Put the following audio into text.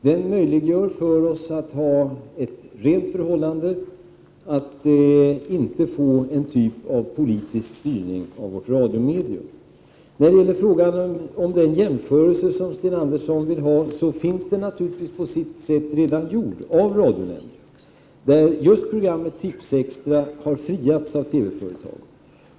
Den möjliggör för oss att ha ett rent förhållande härvidlag och ser till att det inte blir en typ av politisk styrning av vårt radiomedium. När det gäller den jämförelse som Sten Andersson önskade så finns denna på sitt sätt redan gjord av radionämnden, där just programmet Tipsextra har friats.